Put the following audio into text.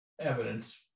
evidence